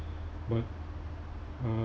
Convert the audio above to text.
but uh